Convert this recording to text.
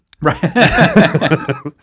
Right